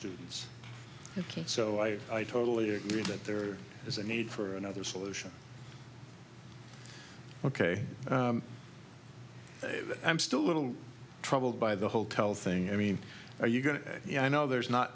students so i i totally agree that there is a need for another solution ok but i'm still a little troubled by the hotel thing i mean are you going to yeah i know there's not